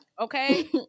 Okay